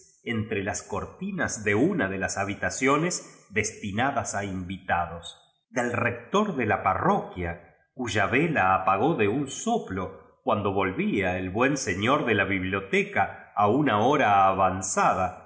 cutre las cortina de mi a de bis habitaciones destinadas a invitados del rector do ja pa rroquia cuya vela apagó de uu soplo cuan do volvía el buen señor de la biblioteca a mui imra avanzado y